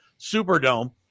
Superdome